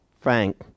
Frank